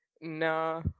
Nah